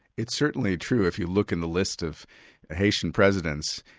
it's certainly true if you look in the list of haitian presidents,